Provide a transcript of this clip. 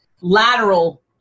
lateral